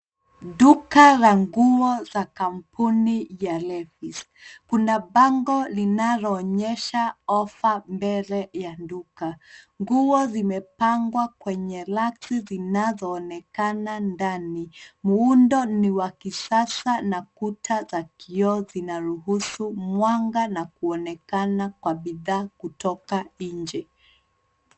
Duka la nguo za kampuni ya Levis. Kuna bango linaloonyesha ofa mbele ya duka. Nguo zimepangwa kwenye racks zinazoonekana ndani. Muundo ni wa kisasa na kuta za kioo zinaruhusu mwanga na kuonekana kwa bidhaa kutoka nje.